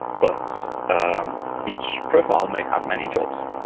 but um each profile may have many jobs.